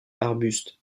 arbustes